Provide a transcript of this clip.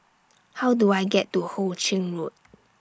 How Do I get to Ho Ching Road